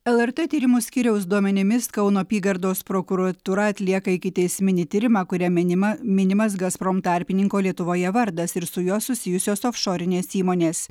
lrt tyrimų skyriaus duomenimis kauno apygardos prokuratūra atlieka ikiteisminį tyrimą kuriam minima minimas gazprom tarpininko lietuvoje vardas ir su juo susijusios ofšorinės įmonės